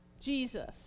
Jesus